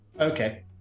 Okay